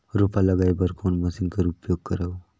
रोपा लगाय बर कोन मशीन कर उपयोग करव?